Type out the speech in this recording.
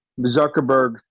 Zuckerberg